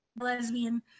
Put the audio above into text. lesbian